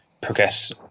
progress